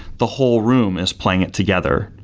the whole room is playing it together.